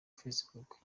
facebook